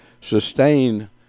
sustain